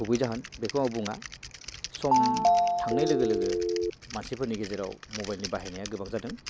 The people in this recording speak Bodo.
गुबै जाहोन बेखौ आं बुङा सम थांनाय लोगो लोगो मानसिफोरनि गेजेराव मबेलनि बाहायनाया गोबां जादों